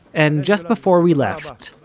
and just before we left,